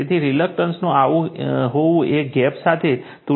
તેથી રિલક્ટન્સનું હોવું એ ગેપ સાથે તુલનાત્મક છે